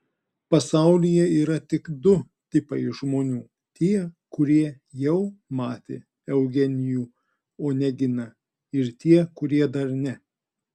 pasaulyje yra tik du tipai žmonių tie kurie jau matė eugenijų oneginą ir tie kurie dar ne